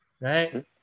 right